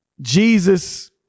Jesus